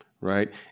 right